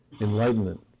enlightenment